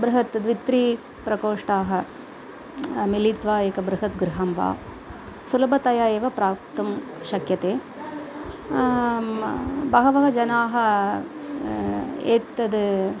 बृहत् द्वि त्रि प्रकोष्ठाः मिलित्वा एकं बृहत् गृहं वा सुलभतया एव प्राप्तुं शक्यते बहवः जनाः एतद्